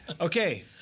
Okay